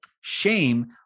Shame